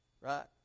right